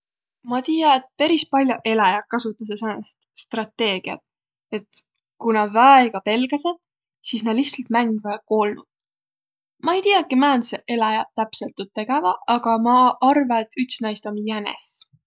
Ma tiiä, et peris pall'oq eläjäq kasutasõq säänest strateegiät, et ku nä väega pelgäseq, sis nä lihtsält mängväq koolnut. Ma ei tiiäki, määntseq eläjäq täpselt tuud tegeväq, aga ma arva, et üts naist om jänes.